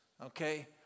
Okay